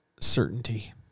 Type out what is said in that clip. certainty